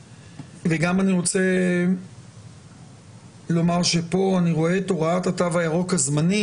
וגם אני רוצה לומר שפה אני רואה את הוראת התו הירוק הזמני